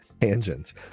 tangents